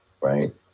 right